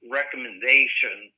recommendation